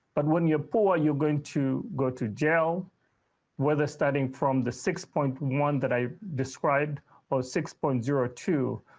but when you're born you're going to go to jail whether starting from the six point one that i described oh six point zero two.